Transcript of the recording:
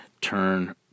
turn